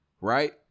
right